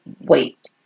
wait